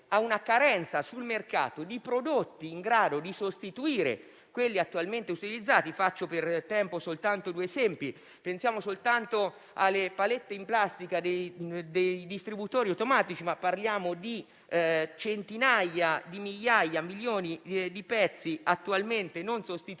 ad una carenza sul mercato di prodotti in grado di sostituire quelli attualmente utilizzati. Per ragioni di tempo, faccio soltanto due esempi. Pensiamo soltanto alle palette in plastica dei distributori automatici. Parliamo di centinaia di migliaia di pezzi attualmente non sostituibili,